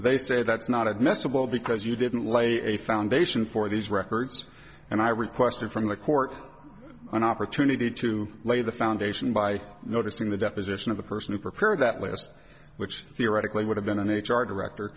they say that's not admissible because you didn't lay a foundation for these records and i requested from the court an opportunity to lay the foundation by notice in the deposition of the person who prepared that list which theoretically would have been an h r director